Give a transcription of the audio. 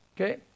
Okay